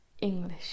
English